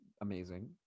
amazing